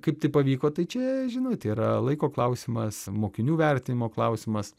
kaip tai pavyko tai čia žinot yra laiko klausimas mokinių vertinimo klausimas